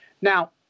Now